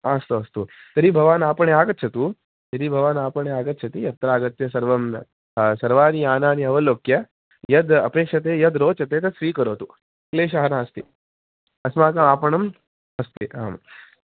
अस्तु अस्तु तर्हि भवान् आपणे आगच्छतु यदि भवान् आगच्छति अत्र आगत्य सर्वं सर्वाणि यानानि अवलोक्य यद् अपेक्ष्यते यद् रोचते तद् स्वीकरोतु क्लेशः नास्ति अस्माकम् आपणम् अस्ति आं